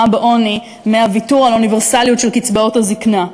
בעוני מהוויתור על האוניברסליות של קצבאות הזיקנה.